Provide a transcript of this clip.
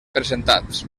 presentats